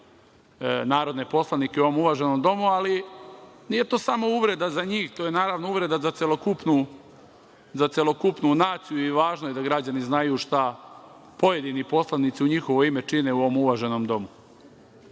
narodne poslanike u ovom uvaženom domu. Ali, nije to samo uvreda za njih, to je, naravno, uvreda za celokupnu naciju i važno je da građani znaju šta pojedini poslanici u njihovo ime čine u ovom uvaženom